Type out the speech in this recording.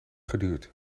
geduurd